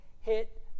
hit